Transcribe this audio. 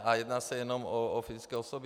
A jedná se jenom o fyzické osoby.